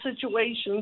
situations